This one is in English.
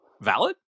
valid